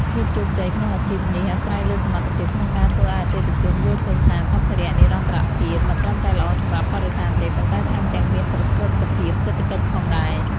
ភាពជោគជ័យក្នុងអាជីពនេះអាស្រ័យលើសមត្ថភាពក្នុងការធ្វើឱ្យអតិថិជនយល់ឃើញថា សម្ភារៈនិរន្តរភាពមិនត្រឹមតែល្អសម្រាប់បរិស្ថានទេ ប៉ុន្តែថែមទាំងមានប្រសិទ្ធភាពសេដ្ឋកិច្ចផងដែរ។